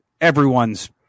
everyone's